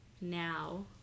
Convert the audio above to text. now